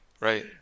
right